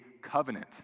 covenant